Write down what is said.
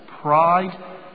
pride